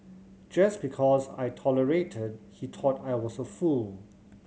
just because I tolerated he thought I was a fool